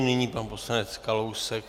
Nyní pan poslanec Kalousek.